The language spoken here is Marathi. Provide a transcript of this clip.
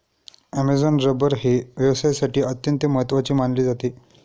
ॲमेझॉन रबर हे व्यवसायासाठी अत्यंत महत्त्वाचे मानले जाते